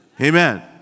Amen